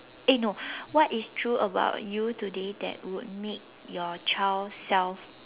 eh no what is true about you today that would make your child self